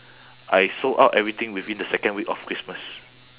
I sold out everything within the second week of christmas